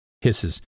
hisses